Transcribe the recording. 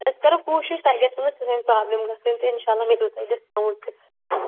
أسۍ کرو کوٗشِش توہہِ گژھِوٕ نہٕ کٕہٕنۍ پرٛابلِم گژھٕنۍ تہٕ اِنشاء اللہ مِلیو تۄہہِ ڈِسکاوُنٛٹ تہِ